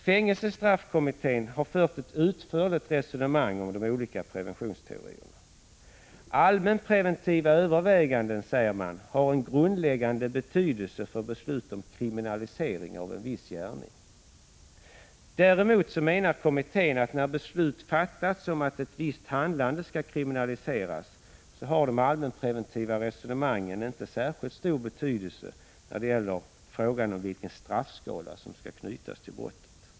Fängelsestraffkommittén har fört ett utförligt resonemang om de olika preventionsteorierna. Allmänpreventiva överväganden, säger man, har en grundläggande betydelse för beslut om kriminalisering av en viss gärning. Däremot menar kommittén att när beslut fattats om att ett visst handlande skall kriminaliseras har de allmänpreventiva resonemangen inte särskilt stor betydelse när det gäller frågan om vilken straffskala som skall knytas till brottet.